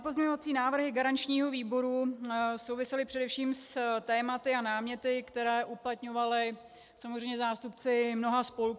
Pozměňovací návrhy garančního výboru souvisely především s tématy a náměty, které uplatňovali samozřejmě zástupci mnoha spolků.